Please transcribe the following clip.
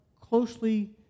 closely